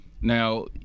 Now